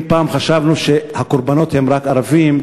אם פעם חשבנו שהקורבנות הם רק ערבים,